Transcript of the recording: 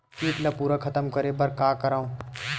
कीट ला पूरा खतम करे बर का करवं?